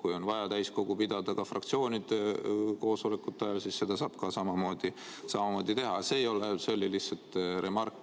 Kui on vaja täiskogu istungit pidada ka fraktsioonide koosolekute ajal, siis seda saab samamoodi teha. See oli lihtsalt remark,